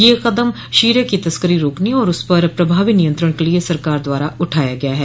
यह कदम शीरे की तस्करी रोकने और उस पर प्रभावी नियंत्रण के लिए सरकार द्वारा उठाया गया है